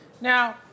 Now